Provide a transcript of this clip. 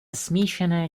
smíšené